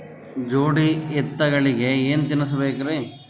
ಜೋಡಿ ಎತ್ತಗಳಿಗಿ ಏನ ತಿನಸಬೇಕ್ರಿ?